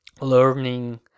learning